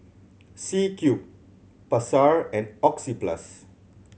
C Cube Pasar and Oxyplus